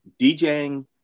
DJing